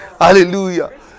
Hallelujah